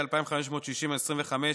פ/2560/25,